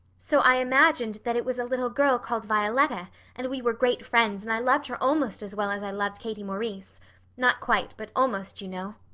so i imagined that it was a little girl called violetta and we were great friends and i loved her almost as well as i loved katie maurice not quite, but almost, you know.